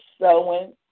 sewing